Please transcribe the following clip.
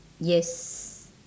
yes